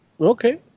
Okay